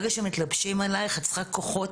ברגע שמתלבשים עלייך את צריכה כוחות